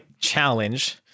challenge